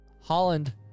Holland